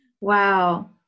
Wow